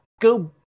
go